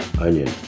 onion